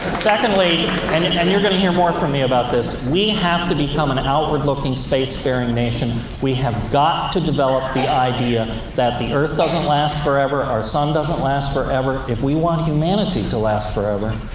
secondly and and you're going to hear more from me about this we have to become an outward-looking, space-faring nation. we have got to develop the idea that the earth doesn't last forever, our sun doesn't last forever. if we want humanity to last forever,